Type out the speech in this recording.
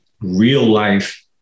real-life